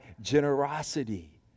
generosity